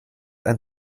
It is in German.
ein